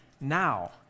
now